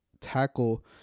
tackle